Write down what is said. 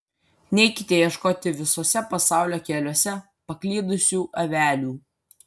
neikite ieškoti visuose pasaulio keliuose paklydusių avelių